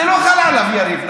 זה לא חל עליו, יריב.